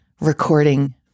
recording